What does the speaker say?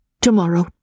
To-morrow